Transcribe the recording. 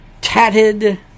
tatted